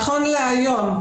נכון להיום,